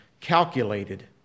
calculated